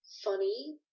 funny